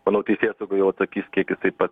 manau teisėsauga jau atsakys kiek jisai pats